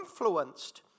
influenced